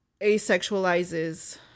asexualizes